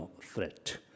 threat